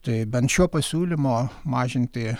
tai bent šio pasiūlymo mažinti